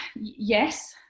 yes